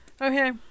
Okay